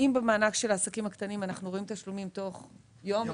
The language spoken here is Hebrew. במענק של העסקים הקטנים אנחנו רואים תשלומים תוך יום,